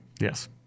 Yes